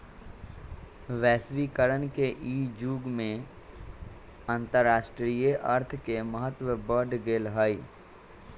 वैश्वीकरण के इ जुग में अंतरराष्ट्रीय अर्थ के महत्व बढ़ गेल हइ